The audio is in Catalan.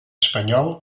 espanyol